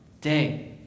day